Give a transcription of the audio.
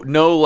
no